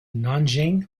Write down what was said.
nanjing